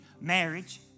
marriage